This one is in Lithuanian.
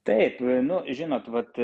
taip nu žinot vat